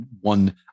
one